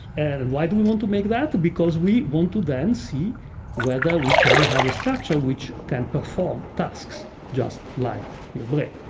and and why do we want to make that? because we want to then see whether we can have a structure which can perform tasks just like your brain.